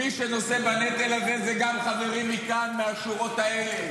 מי שנושא בנטל הזה זה גם חברים מכאן מהשורות האלה,